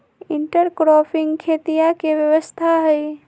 intercropping खेतीया के व्यवस्था हई